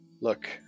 Look